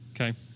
Okay